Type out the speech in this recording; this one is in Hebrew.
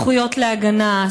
זכויות להגנה,